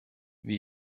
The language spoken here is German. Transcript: wie